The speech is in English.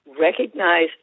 recognize